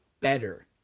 better